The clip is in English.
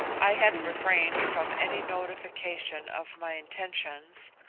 i had refrained from any notification of my intentions,